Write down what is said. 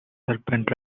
serpent